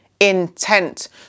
intent